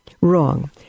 wrong